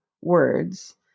words